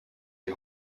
die